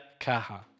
kaha